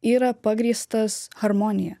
yra pagrįstas harmonija